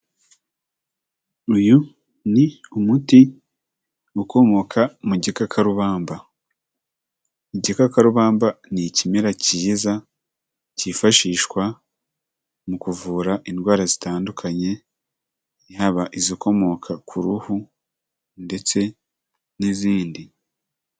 Uyu ni umuti ukomoka mu gikakarubamba, igikakarubamba ni ikimera cyiza cyifashishwa mu kuvura indwara zitandukanye, haba izikomoka ku ruhu ndetse n'izindi.